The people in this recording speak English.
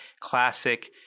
classic